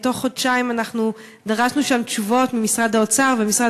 אנחנו דרשנו שם תשובות ממשרד האוצר ומהמשרד